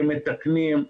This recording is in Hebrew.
כמתקנים.